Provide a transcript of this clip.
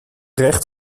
recht